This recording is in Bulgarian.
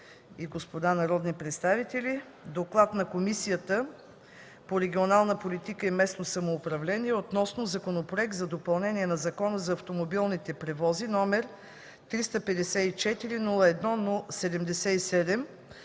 и господа народни представители! „ДОКЛАД на Комисията по регионална политика и местно самоуправление относно Законопроект за допълнение на Закона за автомобилните превози, № 354-01-77,